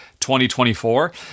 2024